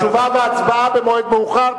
תשובה והצבעה במועד מאוחר.